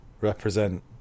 represent